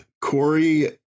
Corey